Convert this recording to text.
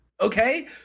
Okay